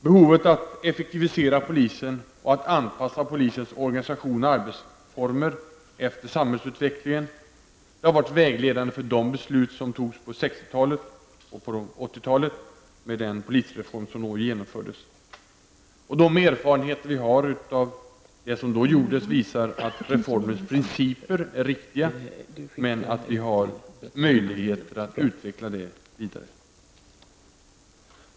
Behovet av att effektivisera polisen och anpassa polisens organisation och arbetsformer efter samhällsutvecklingen har varit vägledande för de beslut om förstligande som fattades på 60-talet och för den polisreform som genomfördes på 80-talet. Erfarenheterna av vad som då gjordes visar att reformens principer är riktiga men att vi behöver utveckla dem vidare.